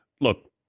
Look